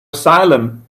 asylum